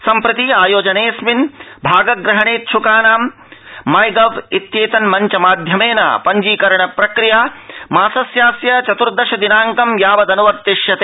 संप्रति आयोजनेऽस्मिन् भागग्रहणेच्छ्कानां माई गॅव् इत्येतन्मंचमाध्यमेन पंजीकरणप्रक्रिया मासस्यास्य चत्र्दश दिनांक यावदन्वर्तिष्यते